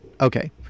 Okay